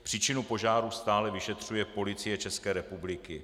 Příčinu požáru stále vyšetřuje Policie České republiky.